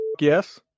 Yes